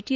T